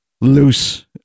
loose